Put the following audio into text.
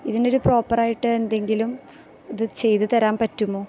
ഇതിനൊരു പ്രോപ്പറായിട്ട് എന്തെങ്കിലും ഇതു ചെയ്തു തരാന് പറ്റുമോ